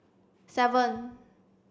seven